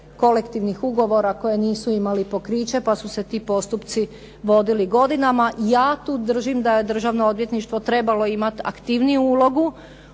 kolektivnih ugovora koje nisu imali pokriće, pa su se ti postupci vodili godinama. Ja tu držim da je Državno odvjetništvo trebalo imati aktivniju ulogu